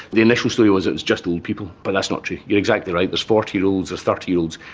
the initial story was it was just old people, but that's not true, you're exactly right, there's forty year olds, there's thirty year olds.